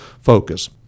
focus